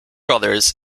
brothers